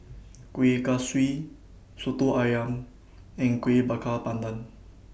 Kueh Kaswi Soto Ayam and Kueh Bakar Pandan